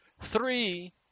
Three